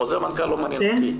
חוזר מנכ"ל לא מעניין אותי.